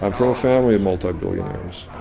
i'm from a family of multi-billionaires.